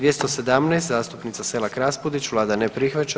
217. zastupnica Selak Raspudić, vlada ne prihvaća.